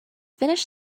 finish